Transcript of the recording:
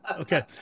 okay